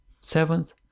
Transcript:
seventh